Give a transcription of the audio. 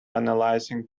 analysis